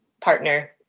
partner